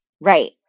Right